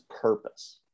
purpose